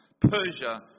Persia